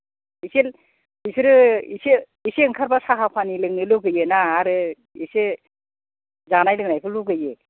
बिसोरो इसे ओंखारबा साहा पानि लोंनो लुबैयोना आरो इसे जानाय लोंनायखौ लुबैयो